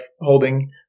holding